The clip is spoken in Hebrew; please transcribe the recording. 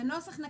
את הנוסח נקריא.